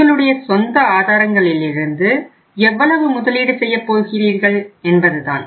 உங்களுடைய சொந்த ஆதாரங்களிலிருந்து எவ்வளவு முதலீடு செய்யப் போகிறீர்கள் என்பதுதான்